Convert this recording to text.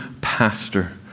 pastor